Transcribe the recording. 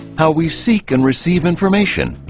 how we seek and receive information,